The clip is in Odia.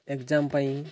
ଏଗ୍ଜାମ୍ ପାଇଁ